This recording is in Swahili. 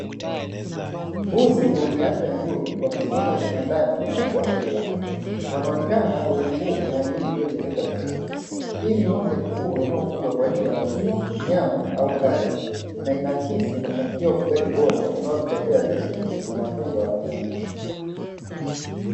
Mbuzi wenye afya nzuri, wamesimama vibandani huku wakila. Wanaonekana wenye nguvu na miili iliyojengeka vizuri. Hii ni moja ya mifugo inayofugwa kwa ajili ya maziwa, nyama au ngozi na inaakisi mafanikio ya ufugaji bora unaozingatia lishe na matunzo ya wanyama.